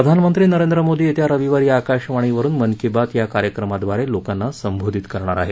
प्रधानमंत्री नरेंद्र मोदी येत्या रविवारी आकाशवाणीवरुन मन की बात या कार्यक्रमाद्वारे लोकांना संबोधित करणार आहेत